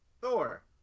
Thor